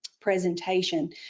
presentation